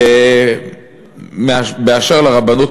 ובאשר לרבנות,